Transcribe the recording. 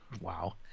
Wow